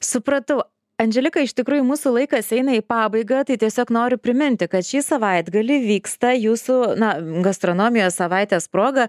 supratau andželika iš tikrųjų mūsų laikas eina į pabaigą tai tiesiog noriu priminti kad šį savaitgalį vyksta jūsų na gastronomijos savaitės proga